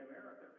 America